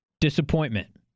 disappointment